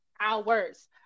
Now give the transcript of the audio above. hours